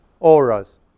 auras